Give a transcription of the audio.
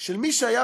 מי שהיה